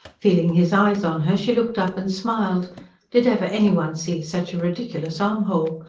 feeling his eyes on her, she looked up and smiled did ever anyone see such a ridiculous armhole?